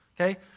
Okay